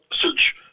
search